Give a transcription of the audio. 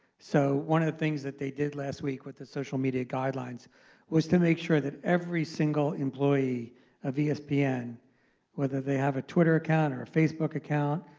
so one of the things that they did last week with the social media guidelines was to make sure that every single employee of espn, whether they have a twitter account, or a facebook account,